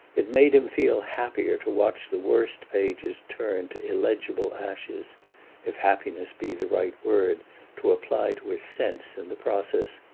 it made him feel happier to watch the worst pages turn to illegible ashes if happiness be the right word to apply to his sense, in the process,